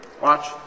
Watch